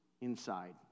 inside